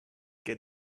get